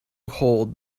hold